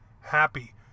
happy